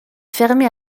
fermée